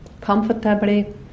comfortably